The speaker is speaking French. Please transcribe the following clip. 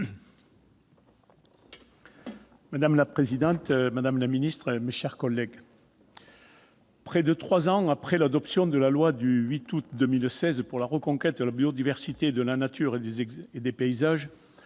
Madame la présidente, madame la secrétaire d'État, mes chers collègues, près de trois ans après l'adoption de la loi du 8 août 2016 pour la reconquête de la biodiversité, de la nature et des paysages,